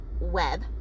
web